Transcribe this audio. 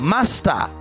Master